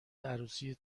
عروسی